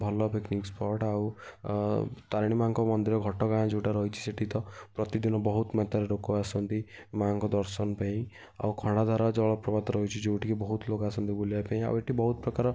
ଭଲ picnic spot ଆଉ ତାରିଣୀ ମାଆଙ୍କ ମନ୍ଦିର ଘଟଗାଁ ଯେଉଁଟା ରହିଛି ସେଇଠି ତ ପ୍ରତିଦିନ ବହୁତ ମାତ୍ରାରେ ଲୋକ ଆସନ୍ତି ମାଆଙ୍କ ଦର୍ଶନ ପାଇଁ ଆଉ ଖଣ୍ଡାଧାରା ଜଳପ୍ରପାତ ରହିଛି ଯେଉଁଠି କି ବହୁତ ଲୋକ ଆସନ୍ତି ବୁଲିବା ପାଇଁ ଆଉ ଏଇଠି ବହୁତ ପ୍ରକାର